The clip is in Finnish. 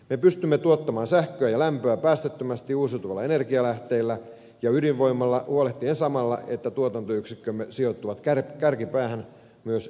me pystymme tuottamaan sähköä ja lämpöä päästöttömästi uusiutuvilla energianlähteillä ja ydinvoimalla huolehtien samalla siitä että tuotantoyksikkömme sijoittuvat kärkipäähän myös energiatehokkuudessaan